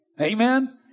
Amen